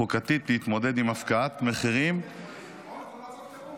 חוקתית להתמודד עם הפקעת מחירים --- מצב חירום